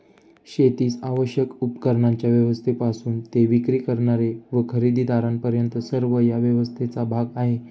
शेतीस आवश्यक उपकरणांच्या व्यवस्थेपासून ते विक्री करणारे व खरेदीदारांपर्यंत सर्व या व्यवस्थेचा भाग आहेत